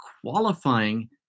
qualifying